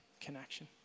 connection